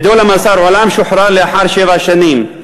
נידון למאסר עולם ושוחרר לאחר שבע שנים.